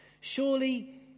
surely